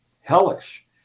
hellish